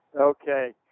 Okay